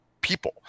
people